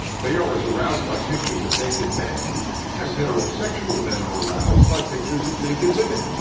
they are as aroused by pictures of naked men as heterosexual men are aroused by pictures of naked women.